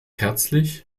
herzlich